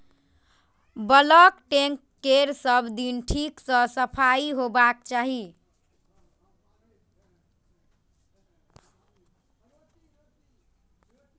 bulk tank केर सब दिन ठीक सं सफाइ होबाक चाही